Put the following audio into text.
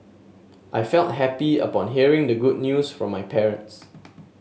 I felt happy upon hearing the good news from my parents